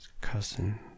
Cousin